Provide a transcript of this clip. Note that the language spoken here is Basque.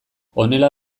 honela